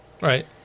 right